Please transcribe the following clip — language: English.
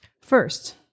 first